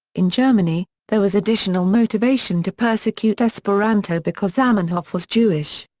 in germany, there was additional motivation to persecute esperanto because zamenhof was jewish.